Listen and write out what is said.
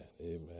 amen